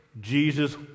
Jesus